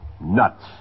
Nuts